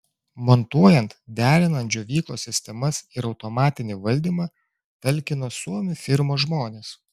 montuojant derinant džiovyklos sistemas ir automatinį valdymą talkino suomių firmos žmonės